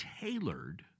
tailored